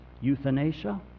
euthanasia